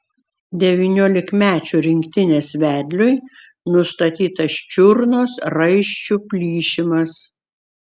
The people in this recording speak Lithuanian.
devyniolikmečių rinktinės vedliui nustatytas čiurnos raiščių plyšimas